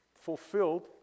fulfilled